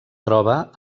troba